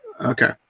Okay